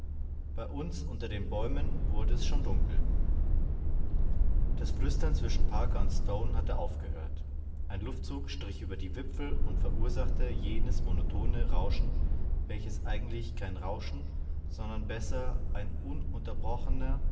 bei uns unter den bäumen wurde es schon dunkel das flüstern zwischen parker und stone hatte aufgehört ein luftzug strich über die wipfel und verursachte jenes monotone rauschen welches eigentlich kein rauschen sondern besser ein ununterbrochener